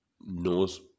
knows